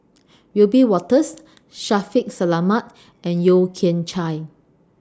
Wiebe Wolters Shaffiq Selamat and Yeo Kian Chai